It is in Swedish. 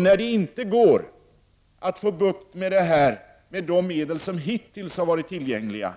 När det inte går att få bukt med detta med de medel som hittills varit tillgängliga,